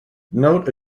note